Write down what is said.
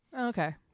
Okay